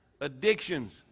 Addictions